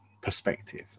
perspective